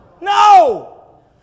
No